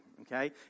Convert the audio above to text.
Okay